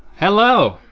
hello.